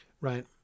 right